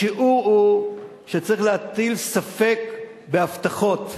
השיעור הוא שצריך להטיל ספק בהבטחות.